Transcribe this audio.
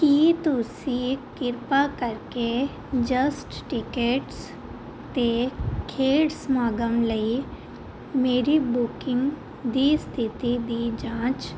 ਕੀ ਤੁਸੀਂ ਕਿਰਪਾ ਕਰਕੇ ਜਸਟ ਟਿਕੇਟਸ ਅਤੇ ਖੇਡ ਸਮਾਗਮ ਲਈ ਮੇਰੀ ਬੁਕਿੰਗ ਦੀ ਸਥਿਤੀ ਦੀ ਜਾਂਚ